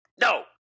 No